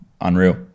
unreal